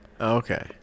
okay